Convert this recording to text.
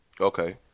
Okay